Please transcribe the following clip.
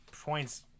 points